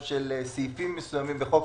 בריאות,